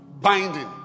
Binding